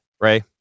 Ray